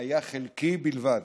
היה חלקי בלבד.